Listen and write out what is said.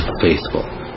faithful